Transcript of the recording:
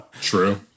true